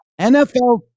NFL